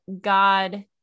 God